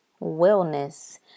wellness